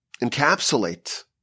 encapsulate